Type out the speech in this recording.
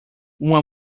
uma